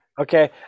Okay